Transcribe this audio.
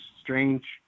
strange